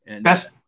Best